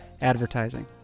advertising